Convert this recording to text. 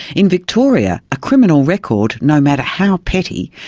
in victoria, a criminal record, no matter how petty,